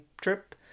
trip